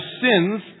sins